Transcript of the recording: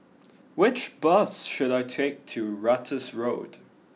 which bus should I take to Ratus Road